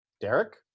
Derek